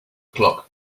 clock